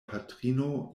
patrino